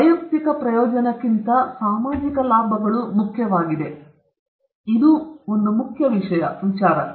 ವೈಯಕ್ತಿಕ ಪ್ರಯೋಜನಕ್ಕಿಂತ ಸಾಮಾಜಿಕ ಲಾಭಗಳು ಮುಖ್ಯವಾಗಿವೆ ಇದು ನಾವು ನೆನಪಿನಲ್ಲಿಟ್ಟುಕೊಳ್ಳಬೇಕಾದ ಒಂದು ಪ್ರಮುಖ ವಿಷಯವಾಗಿದೆ